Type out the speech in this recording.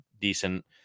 decent